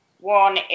one